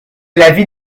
l’avis